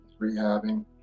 rehabbing